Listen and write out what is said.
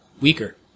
weaker